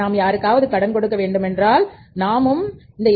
நாம் யாருக்காவது கடன் கொடுக்க வேண்டும் என்றால் நாமும் என்